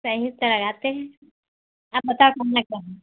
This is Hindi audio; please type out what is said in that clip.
सही तो लगाते हैं आप बताओ करना क्या है